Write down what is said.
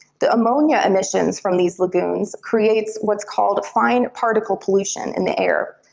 the ammonia emissions from these lagoons creates what's called fine particle pollution in the air.